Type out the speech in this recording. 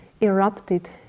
erupted